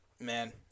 Man